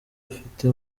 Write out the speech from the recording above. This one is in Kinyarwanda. afite